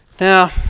Now